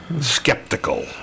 skeptical